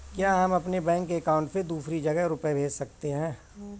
क्या हम अपने बैंक अकाउंट से दूसरी जगह रुपये भेज सकते हैं?